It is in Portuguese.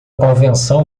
convenção